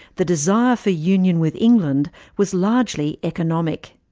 the desire for union with england was largely economic.